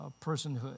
personhood